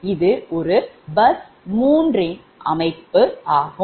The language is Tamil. இது 3 பஸ் அமைப்பு ஆகும்